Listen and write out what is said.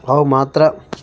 ಅವಾಗ ಮಾತ್ರ